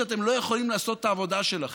שאתם לא יכולים לעשות את העבודה שלכם?